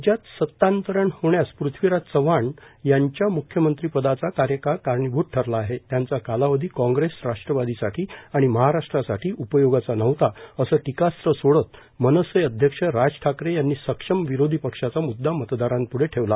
राज्यात सतांतरण होण्यास पृथ्वीराज चव्हाण यांच्या म्ख्यमंत्रीपदाचा कार्यकाळ कारणीभूत ठरला आहे त्यांचा कालावधी काँग्रेस राष्ट्रवादीसाठी आणि महाराष्ट्रसाठी उपयोगाचा नव्हता असे टीकास्त्र सोडत मनसे अध्यक्ष राज ठाकरे यांनी सक्षम विरोधी पक्षाचा म्द्दा मतदारांप्ढे ठेवला